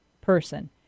person